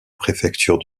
préfecture